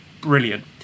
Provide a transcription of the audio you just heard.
brilliant